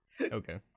okay